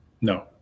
no